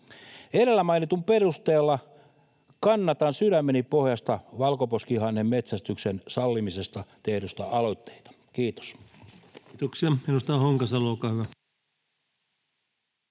Edellä mainitun perusteella kannatan sydämeni pohjasta valkoposkihanhen metsästyksen sallimisesta tehtyä aloitetta. — Kiitos. Kiitoksia.